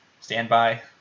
standby